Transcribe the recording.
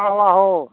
आहो आहो